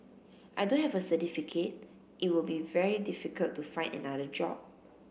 I don't have a certificate it will be very difficult to find another job